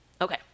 Okay